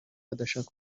adashaka